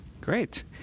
Great